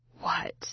What